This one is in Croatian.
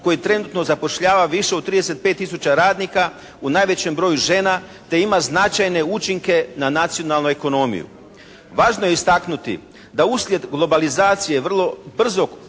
koji trenutno zapošljava više od 35 tisuća radnika u najvećem broju žena te ima značajne učinke na nacionalnu ekonomiju. Važno je istaknuti da uslijed globalizacije vrlo brzog